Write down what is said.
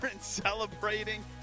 celebrating